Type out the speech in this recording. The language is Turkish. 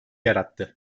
yarattı